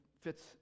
fits